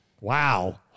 wow